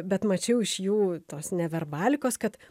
bet mačiau iš jų tos neverbalikos kad